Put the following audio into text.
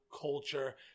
culture